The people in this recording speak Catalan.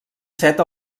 set